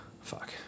fuck